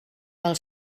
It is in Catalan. del